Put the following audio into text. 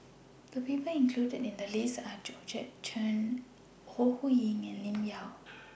The People included in The list Are Georgette Chen Ore Huiying and Lim Yau